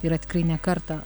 yra tikrai ne kartą